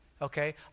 Okay